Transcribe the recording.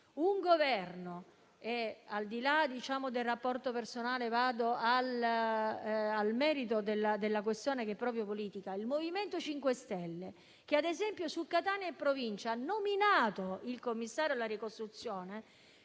dal sisma. Al di là del rapporto personale, arrivo al merito della questione che è proprio politica. Il MoVimento 5 Stelle che, ad esempio, su Catania e provincia ha nominato il commissario alla ricostruzione,